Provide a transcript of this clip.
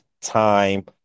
time